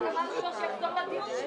התרגילים שלכם מוכרים לי.